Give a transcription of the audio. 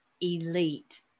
elite